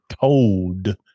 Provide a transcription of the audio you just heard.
told